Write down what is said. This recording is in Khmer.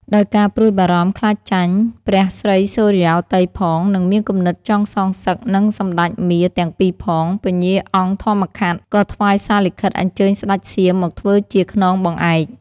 ដោយការព្រួយបារម្មណ៍ខ្លាចចាញ់ ព្រះស្រីសុរិយោទ័យផង និងមានគំនុំចង់សងសឹកនិងសម្ដេចមារទាំងពីរផង ពញ្ញាអង្គធម្មខាត់ ក៏ថ្វាយសារលិខិត អញ្ជើញស្ដេចសៀមមកធ្វើជាខ្នងបង្អែក។